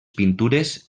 pintures